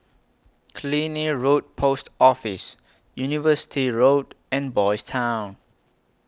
Killiney Road Post Office University Road and Boys' Town